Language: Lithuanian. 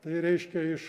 tai reiškia iš